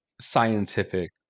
scientific